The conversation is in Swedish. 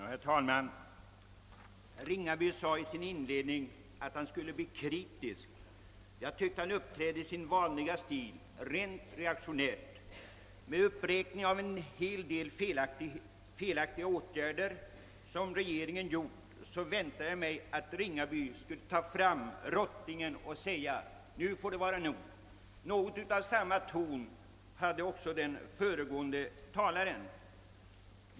Herr talman! Herr Ringaby sade i sin inledning att han skulle bli kritisk. Jag tyckte att han uppträdde i sin vanliga stil, d.v.s. rent reaktionärt. Efter att ha räknat upp en hel del felaktiga åtgärder som regeringen skulle ha vidtagit väntade jag mig att herr Ringaby skulle ta fram rottingen och säga: Nu får det vara nog! Något av samma ton hade också den föregående talaren.